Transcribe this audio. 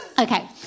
Okay